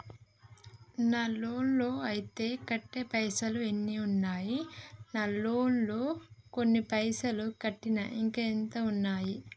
నా లోన్ లా అత్తే కట్టే పైసల్ ఎన్ని ఉన్నాయి నా లోన్ లా కొన్ని పైసల్ కట్టిన ఇంకా ఎంత ఉన్నాయి?